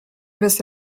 bez